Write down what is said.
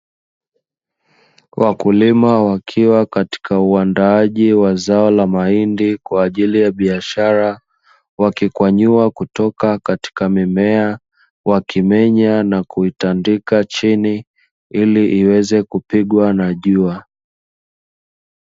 Wakulima wakiwa katika uandaaji wa zao la mahindi kwa ajili ya biashara, wakikwanyua kutoka katika mimea, wakimenya na kuitandika chini ili iweze kupigwa na jua.